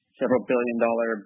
several-billion-dollar